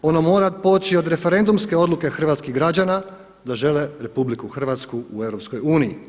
Ono mora poći od referendumske odluke hrvatskih građana da žele RH u EU.